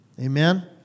Amen